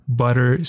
butter